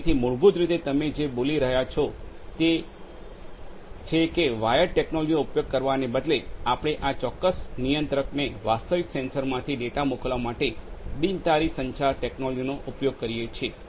તેથી મૂળભૂત રીતે તમે જે બોલી રહ્યાં છો તે છે કે વાયર્ડ ટેક્નોલજીનો ઉપયોગ કરવાને બદલે આપણે આ ચોક્કસ નિયંત્રકને વાસ્તવિક સેન્સરમાંથી ડેટા મોકલવા માટે બિન તારી સંચારવાયરલેસ કમ્યુનિકેશન ટેકનોલોજીનો ઉપયોગ કરીએ છીએ